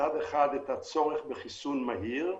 מצד אחד את הצורך בחיסון מהיר,